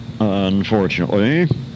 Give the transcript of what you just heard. unfortunately